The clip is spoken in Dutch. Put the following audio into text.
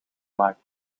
maakt